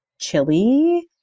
chili